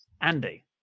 Andy